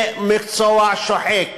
זה מקצוע שוחק.